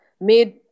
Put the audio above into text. made